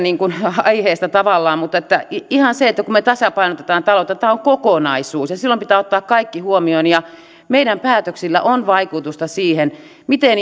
aiheesta mutta täytyy muistaa ihan se että kun me tasapainotamme taloutta niin tämä on kokonaisuus ja silloin pitää ottaa kaikki huomioon meidän päätöksillämme on vaikutusta siihen miten